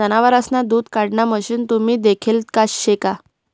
जनावरेसना दूध काढाण मशीन तुम्ही देखेल शे का?